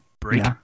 Break